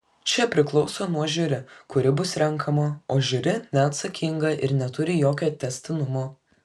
čia priklauso nuo žiuri kuri bus renkama o žiuri neatsakinga ir neturi jokio tęstinumo